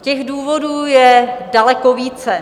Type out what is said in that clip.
Těch důvodů je daleko více.